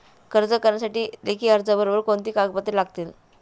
कर्ज करण्यासाठी लेखी अर्जाबरोबर कोणती कागदपत्रे लागतील?